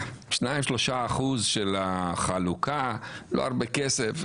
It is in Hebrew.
2-3 אחוזים של החלוקה, לא הרבה כסף?